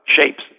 shapes